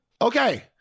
Okay